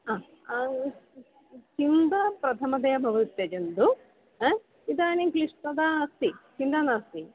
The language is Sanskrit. हा चिन्ता प्रथमतया भवती त्यजन्तु अ इदानीं क्लिष्टता अस्ति चिन्ता नास्ति